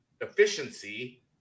efficiency